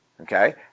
Okay